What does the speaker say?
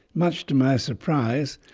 much to my surprise,